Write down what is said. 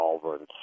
solvents